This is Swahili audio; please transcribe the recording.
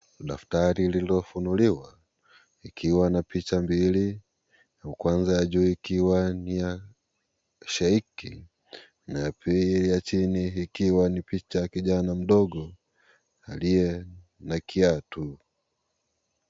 Daftari lilio funuliwa, ikiwa na picha mbili, ya kwanza ya juu ikiwa ni ya sheike na ya pili ya chini ikiwa ni picha ya ya kijana mdogo aliye na kiatu.